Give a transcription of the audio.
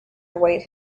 await